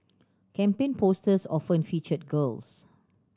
campaign posters often featured girls